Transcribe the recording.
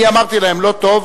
אני אמרתי להם: לא טוב,